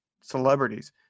celebrities